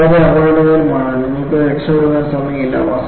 ഇത് വളരെ അപകടകരമാണ് നിങ്ങൾക്ക് രക്ഷപ്പെടാൻ സമയമില്ല